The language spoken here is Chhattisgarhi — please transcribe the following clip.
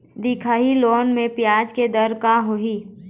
दिखाही लोन म ब्याज के दर का होही?